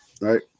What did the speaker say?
right